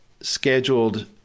scheduled